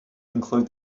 include